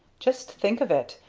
just think of it!